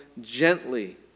gently